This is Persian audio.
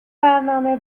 برنامه